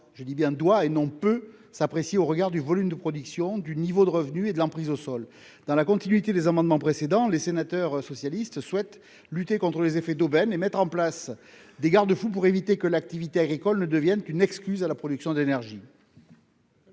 principale doit- et non peut -s'apprécier au regard du volume de production, du niveau de revenu et de l'emprise au sol. Dans la continuité des amendements précédents, les sénateurs socialistes souhaitent lutter contre les effets d'aubaine et mettre en place des garde-fous pour éviter que l'activité agricole ne devienne une excuse à la production d'énergie.